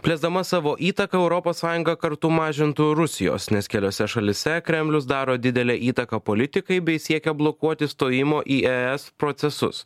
plėsdama savo įtaką europos sąjunga kartu mažintų rusijos nes keliose šalyse kremlius daro didelę įtaką politikai bei siekia blokuoti stojimo į es procesus